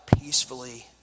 peacefully